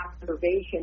observation